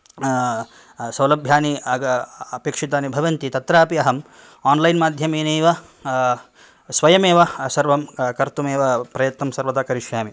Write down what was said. सौलभ्यानि अपेक्षितानि भवन्ति तत्रापि अहं ओन्लैन् माध्यमेनैव स्वयमेव सर्वं कर्तुमेव प्रयत्नं सर्वदा करिष्यामि